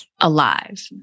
alive